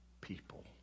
people